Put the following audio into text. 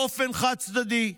באופן חד-צדדי.